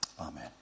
Amen